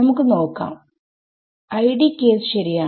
നമുക്ക് നോക്കാം 1D case ശരിയാണ്